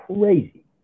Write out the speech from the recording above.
crazy